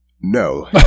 No